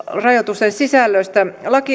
rajoitusten sisällöstä